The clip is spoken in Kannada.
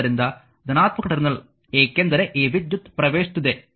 ಆದ್ದರಿಂದ ಧನಾತ್ಮಕ ಟರ್ಮಿನಲ್ ಏಕೆಂದರೆ ಈ ವಿದ್ಯುತ್ ಪ್ರವೇಶಿಸುತ್ತಿದೆ